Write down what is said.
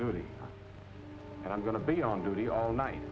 duty and i'm going to be on duty all night